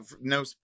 no